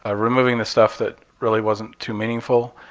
ah removing the stuff that really wasn't too meaningful